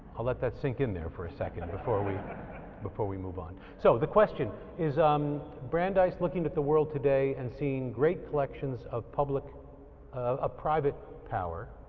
i'll let that sink in there for a second before we before we move on. so the question is um brandeis looking at the world today and seeing great reflections of ah private power?